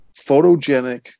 photogenic